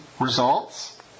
results